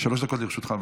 שלוש דקות לרשותך.